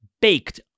baked